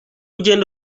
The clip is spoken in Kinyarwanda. ugenda